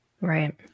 right